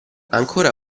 ancora